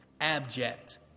abject